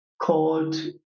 called